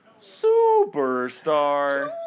Superstar